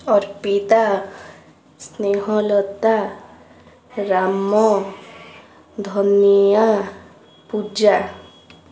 Arpita Snehalata Ram Dhania Puja